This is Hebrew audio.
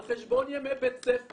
על חשבון ימי בית ספר.